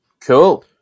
Cool